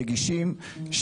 נגישים,